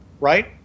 right